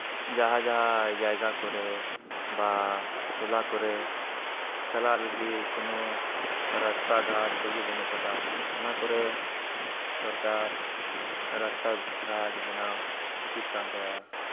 ᱡᱟᱦᱟᱸ ᱡᱟᱦᱟᱸ ᱡᱟᱭᱜᱟᱠᱚᱨᱮ ᱵᱟ ᱴᱚᱞᱟ ᱠᱚᱨᱮ ᱪᱟᱞᱟᱜ ᱞᱟᱹᱜᱤᱫ ᱠᱚᱱᱚ ᱨᱟᱥᱛᱟ ᱜᱷᱟᱴ ᱪᱮᱫᱜᱮ ᱵᱟᱹᱱᱩᱜ ᱟᱠᱟᱫᱟ ᱚᱱᱟᱠᱚᱨᱮ ᱥᱚᱨᱠᱟᱨ ᱨᱟᱥᱛᱟ ᱜᱷᱟᱴ ᱵᱮᱱᱟᱣ ᱩᱪᱤᱛ ᱠᱟᱱᱛᱟᱭᱟ